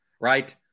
right